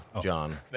John